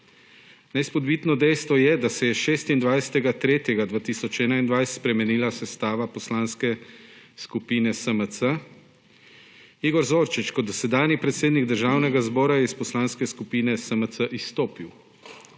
Neizpodbitno dejstvo je, da se je 26. 3. 2021 spremenila sestava Poslanske skupine SMC. Igor Zorčič kot dosedanji predsednik Državnega zbora je iz Poslanske skupine SMC izstopil.